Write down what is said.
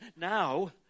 now